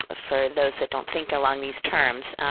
for those that don't think along these terms,